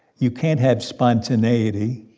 you can't have spontaneity.